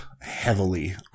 heavily